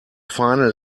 final